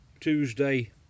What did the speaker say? Tuesday